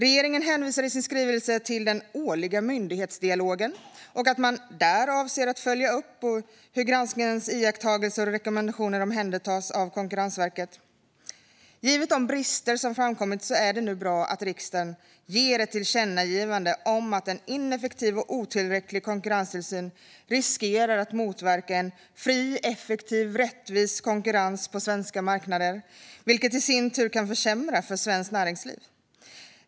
Regeringen hänvisar i sin skrivelse till den årliga myndighetsdialogen och att man där avser att följa upp hur granskningens iakttagelser och rekommendationer omhändertas av Konkurrensverket. Givet de brister som framkommit är det bra att riksdagen nu gör ett tillkännagivande om att en ineffektiv och otillräcklig konkurrenstillsyn riskerar att motverka en fri, effektiv och rättvis konkurrens på svenska marknader, vilket i sin tur kan försämra för svenskt näringsliv.